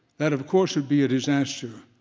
that of course would be a disaster,